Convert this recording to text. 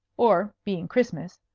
or, being christmas,